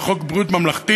וחוק ביטוח בריאות ממלכתי,